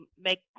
make